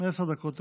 עשר דקות לרשותך.